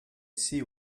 see